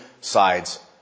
sides